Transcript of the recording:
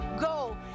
Go